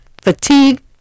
fatigue